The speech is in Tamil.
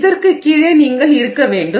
இதற்கு கீழே நீங்கள் இருக்க வேண்டும்